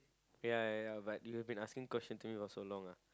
ya ya but you have been asking question to me for so long ah